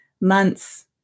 months